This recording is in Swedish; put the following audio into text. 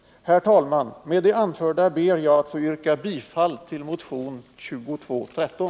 Herr talman! Med det anförda ber jag att få yrka bifall till motionen 2213